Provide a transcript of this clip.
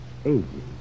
aging